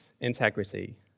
integrity